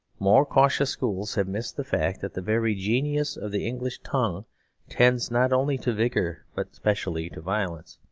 more cautious schools have missed the fact that the very genius of the english tongue tends not only to vigour, but specially to violence.